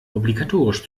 obligatorisch